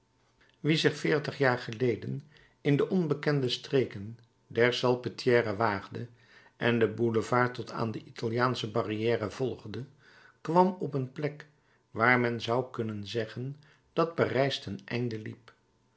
wie zich veertig jaren geleden in de onbekende streken der salpêtrière waagde en den boulevard tot aan de italiaansche barrière volgde kwam op een plek waar men zou kunnen zeggen dat parijs ten einde liep